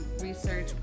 research